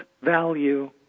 value